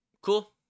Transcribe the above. cool